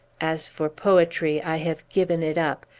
as for poetry, i have given it up,